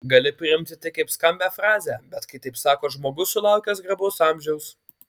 gali priimti tai kaip skambią frazę bet kai taip sako žmogus sulaukęs garbaus amžiaus